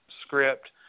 script